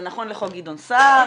זה נכון לחוק גדעון סער,